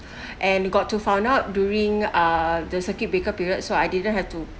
and got to found out during uh the circuit breaker period so I didn't have to